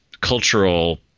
cultural